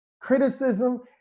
Criticism